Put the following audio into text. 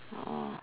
orh